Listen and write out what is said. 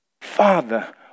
Father